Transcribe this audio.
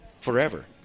forever